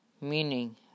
Meaning